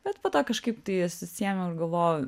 bet po to kažkaip tai susiėmiau ir galvojau